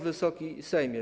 Wysoki Sejmie!